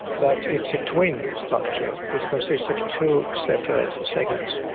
but it's a twin structure, it consists of two separate segments.